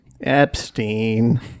Epstein